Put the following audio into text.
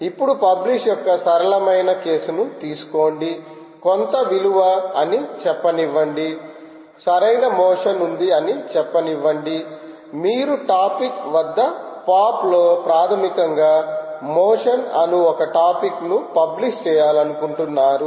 ఇప్పుడు పబ్లిష్ యొక్క సరళమైన కేసును తీసుకోండి కొంత విలువ అని చెప్పనివ్వండి సరైన మోషన్ ఉంధి అని చెప్పనివ్వండి మీరు టాపిక్ వద్ద పాప్ లో ప్రాథమికంగా మోషన్ అను ఒక టాపిక్ ను పబ్లిష్ చేయాలనుకుంటున్నారు